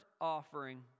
offering